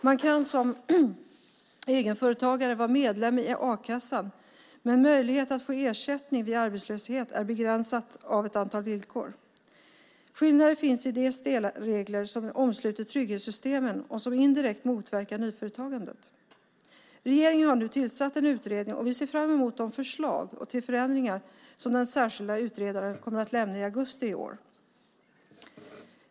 Man kan som egenföretagare vara medlem i a-kassan, men möjligheten att få ersättning vid arbetslöshet är begränsad av ett antal villkor. Skillnader finns i de stela regler som omsluter trygghetssystemen och som indirekt motverkar nyföretagandet. Regeringen har nu tillsatt en utredning, och vi ser fram emot de förslag till förändringar som den särskilda utredaren kommer att lämna i augusti i år.